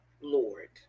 Lord